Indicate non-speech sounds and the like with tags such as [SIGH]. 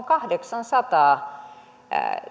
[UNINTELLIGIBLE] kahdeksansataa